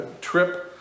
trip